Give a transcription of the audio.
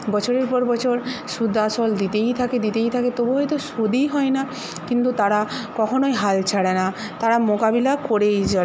বছরের পর বছর সুদ আসল দিতেই থাকে দিতেই থাকে তবু হয়তো শোধই হয় না কিন্তু তারা কখনোই হাল ছাড়ে না তারা মোকাবিলা করেই যায়